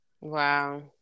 Wow